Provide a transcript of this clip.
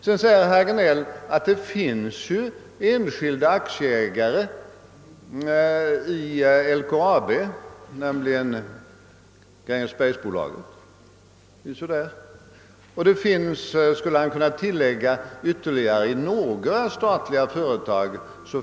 Herr Hagnell framhåller vidare att det ju finns en enskild aktieägare i LKAB nämligen <Grängesbergsbolaget. Han skulle också kunna tillägga att sådana finns i ytterligare några statliga företag.